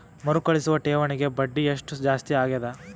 ಮರುಕಳಿಸುವ ಠೇವಣಿಗೆ ಬಡ್ಡಿ ಎಷ್ಟ ಜಾಸ್ತಿ ಆಗೆದ?